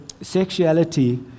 sexuality